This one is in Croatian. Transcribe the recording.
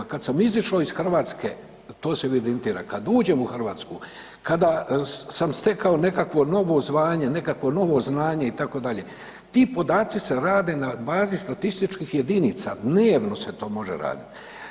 Kad sam izišo iz Hrvatske, to se evidentira, kad uđem u Hrvatsku, kada sam stekao nekakvo novo zvanje, nekakvo novo znanje itd., ti podaci se rade na bazi statističkih jedinica, dnevno se to može radit.